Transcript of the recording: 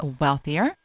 wealthier